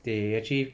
they actually